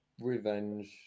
Revenge